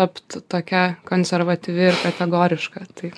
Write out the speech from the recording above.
tapt tokia konservatyvi ir kategoriška tai